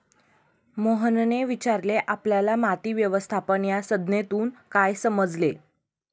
मोहनने विचारले आपल्याला माती व्यवस्थापन या संज्ञेतून काय समजले?